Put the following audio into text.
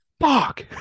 fuck